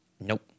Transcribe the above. Nope